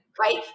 Right